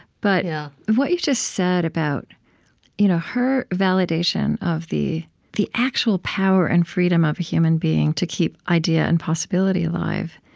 but yeah what you just said about you know her validation of the the actual power and freedom of a human being to keep idea and possibility alive.